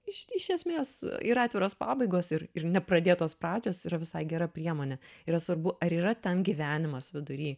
iš iš esmės ir atviros pabaigos ir nepradėtos pradžios yra visai gera priemonė yra svarbu ar yra ten gyvenimas vidury